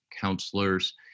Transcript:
counselors